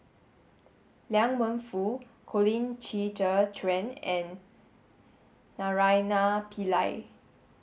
Liang Wenfu Colin Qi Zhe Quan and Naraina Pillai